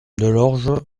delorge